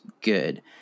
good